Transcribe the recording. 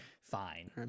fine